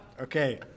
Okay